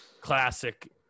classic